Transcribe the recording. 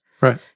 right